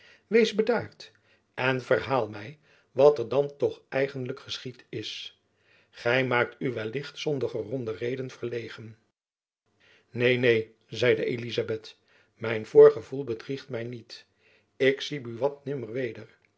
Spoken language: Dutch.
wees bedaard en verhaal my wat er dan toch eigenlijk geschied is gy maakt u wellicht zonder gegronde reden verlegen neen neen zeide elizabeth mijn voorgevoel bedriegt my niet ik zie buat nimmer